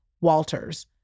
Walters